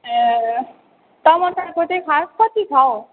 ए टमाटरको चाहिँ खास कति छ हौ